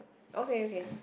okay okay